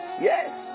yes